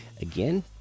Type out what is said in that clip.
again